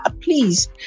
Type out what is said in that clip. please